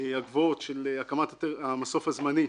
הגבוהות של הקמת המסוף הזמני,